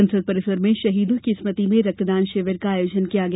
संसद परिसर में शहीदों की स्मृति में रक्तदान शिविर का आयोजन किया गया